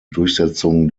durchsetzung